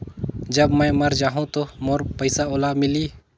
जब मै मर जाहूं तो मोर पइसा ओला मिली?